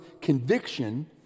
conviction